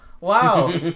wow